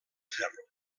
ferro